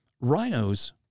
Rhinos